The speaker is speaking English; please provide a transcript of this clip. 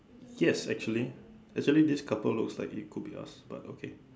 yes actually actually this couple looks like it could be us but it's okay